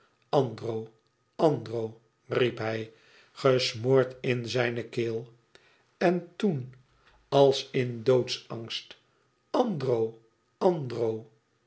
andro andro riep hij gesmoord in zijne keel en toen als in doodsangst andro andro